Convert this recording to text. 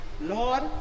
Lord